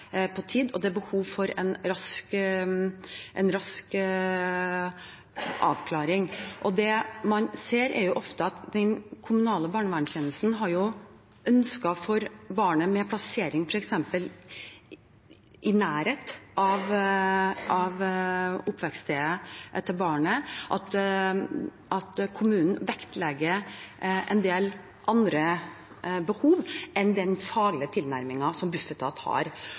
på tid, og det er behov for en rask avklaring. Det man ofte ser, er at den kommunale barnevernstjenesten har ønsker for barnet når det gjelder plassering, f.eks. i nærheten av barnets oppvekststed, og at kommunen vektlegger en del andre behov enn den faglige tilnærmingen som Bufetat har.